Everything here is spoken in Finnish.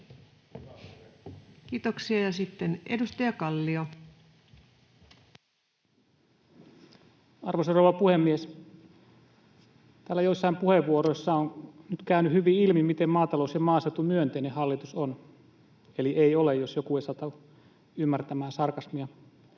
Kiitoksia. — Ja sitten edustaja Kallio. Arvoisa rouva puhemies! Täällä joissain puheenvuoroissa on nyt käynyt hyvin ilmi, miten maatalous- ja maaseutumyönteinen hallitus on, eli ei ole, jos joku ei satu ymmärtämään sarkasmia.